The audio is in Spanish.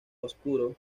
oscuro